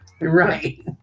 right